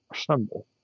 assemble